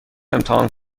امتحان